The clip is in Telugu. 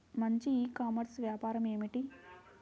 మంచి ఈ కామర్స్ వ్యాపారం ఏమిటీ?